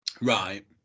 right